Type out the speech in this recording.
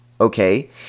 okay